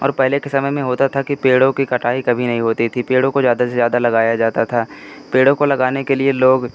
और पहले के समय में होता था कि पेड़ों की कटाई कभी नहीं होती थी पेड़ों को ज़्यादा से ज़्यादा लगाया जाता था पेड़ों को लगाने के लिए लोग